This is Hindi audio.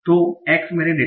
तो x मेरे डेटा पर है